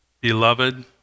Beloved